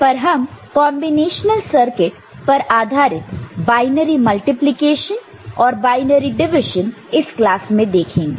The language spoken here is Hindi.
पर हम कॉन्बिनेशनल सर्किट पर आधार बायनरी मल्टीप्लिकेशन और बाइनरी डिविजन इस क्लास में देखेंगे